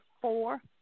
four